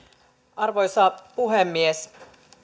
arvoisa puhemies